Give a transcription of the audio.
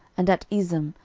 and at ezem,